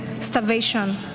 starvation